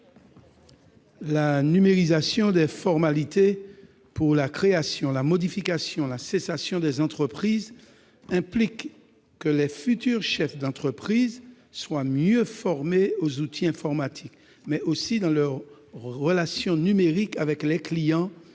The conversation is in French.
La numérisation des formalités pour la création, la modification et la cessation des entreprises implique que les futurs chefs d'entreprise soient mieux formés aux outils informatiques, ce qu'exigent également leurs relations numériques avec les clients